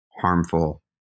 harmful